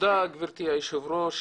תודה גבירתי היו"ר,